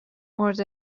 مورد